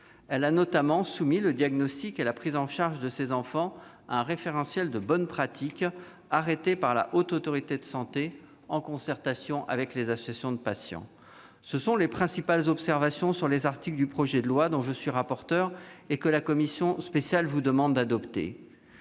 Elle a notamment soumis le diagnostic et la prise en charge de ces enfants à un référentiel de bonnes pratiques, arrêté par la Haute Autorité de santé en concertation avec les associations de patients. Telles sont les principales observations sur les articles du projet de loi dont je suis le rapporteur et que la commission spéciale vous demande d'adopter.